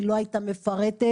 היא לא הייתה מפרטת,